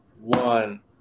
one